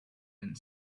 and